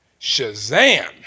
Shazam